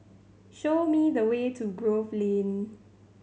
show me the way to Grove Lane